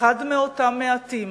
אחד מאותם מעטים,